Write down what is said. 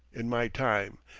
in my time.